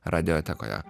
radio tekoje